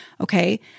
okay